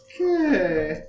Okay